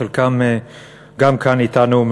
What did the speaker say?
חלקם גם כאן אתנו,